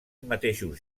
mateixos